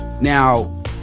now